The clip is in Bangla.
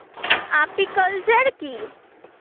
আপিকালচার কি?